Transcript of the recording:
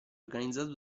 organizzato